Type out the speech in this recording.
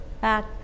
back